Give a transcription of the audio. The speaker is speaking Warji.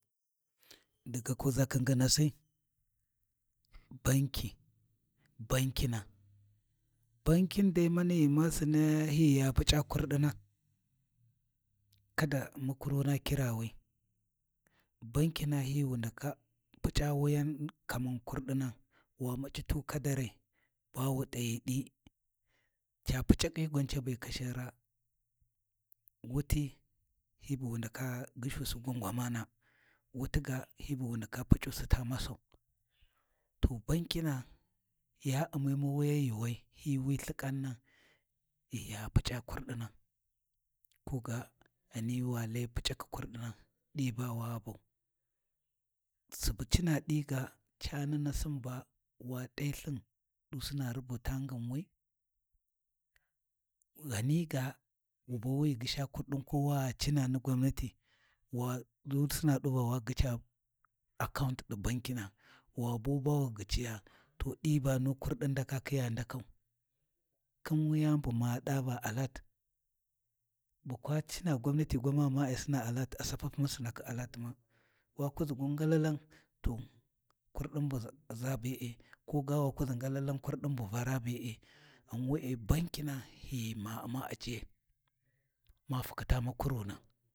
Daga kuʒakhi nginasi, Banki, Bankina bankin dai mani ghi ma Siniya hi ghi ya puc’a kurɗina kada makuruna kira wi, Bankina hi wu ndaka Puc’a wuyani kaman ƙurdina wa muc'i tu kadarai, ba wu t’ayi ɗi, ca Puc’akhi gwan ca be kashin raa, wuti hi bu wu ndaka gyishusi gwan gwamana, wuti ga hi bu wu ndaka Puc’usi ta masau, to bankina ya U’mi mu wuya yuuwai hi wi lthikanna ghi ya puc’a kurɗina ko ga ghani wa Lai puc’akhi kurdina ɗi ba wa bau, subu cina ɗi ga cani nasin ba wa t’ai lthin ɗusina rubuta nginwi, ghani ga wu biwu ghi gyisha kurɗina ko wa gha cina ni gwannati wabu suna gyici account ɗi bankina wa bu ba wu gyiciya, to ɗi ba nu kurɗin a ndaka khiya ndakau, khin wuyani bu ma ɗa va alert, bu kwa cina gwannati gwamani ma ai Sina alert a sapamu ma Sinakhi alert ma wa kuʒi galalan to kurɗin ai ʒa be’e ko ga wa kuʒi gu galalan kurɗin bu Vara be’e ghan we bankina hi ghi ma U’ma ajiyai ma fukhita makuruna.